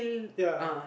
ya